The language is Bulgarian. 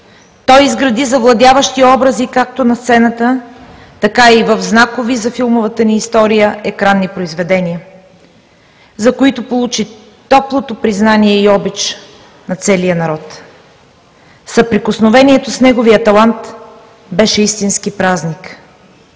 Той изгради завладяващи образи както на сцената, така и в знакови за филмовата ни история екранни произведения, за които получи топлото признание и обич на целия народ. Съприкосновението с неговия талант беше истински празник.